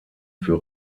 für